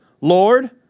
Lord